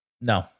No